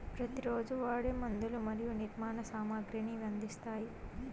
ప్రతి రోజు వాడే మందులు మరియు నిర్మాణ సామాగ్రిని ఇవి అందిస్తాయి